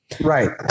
Right